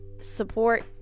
support